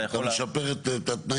אתה יכול לעבור --- אתה משפר את התנאים